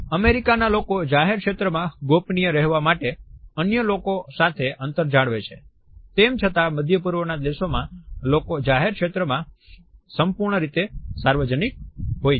America ના લોકો જાહેર ક્ષેત્રમાં ગોપનીય રહેવા માટે અન્ય લોકો સાથે અંતર જાળવે છે તેમ છતાં મધ્ય પૂર્વના દેશોમાં લોકો જાહેર ક્ષેત્ર માં સંપૂર્ણ રીતે સાર્વજનિક હોય છે